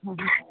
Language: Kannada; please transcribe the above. ಹೌದಾ